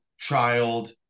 Child